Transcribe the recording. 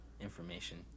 information